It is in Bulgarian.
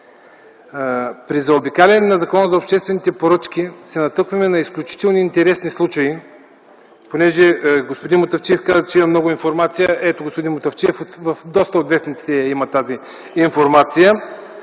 При заобикалянето на Закона за обществените поръчки се натъкваме на изключително интересни случаи. Господин Мутафчиев каза, че има доста интересна информация. Ето, господин Мутафчиев, в доста от вестниците я има тази информация.